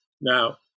Now